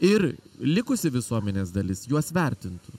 ir likusi visuomenės dalis juos vertintų